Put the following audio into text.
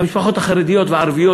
המשפחות החרדיות והערביות,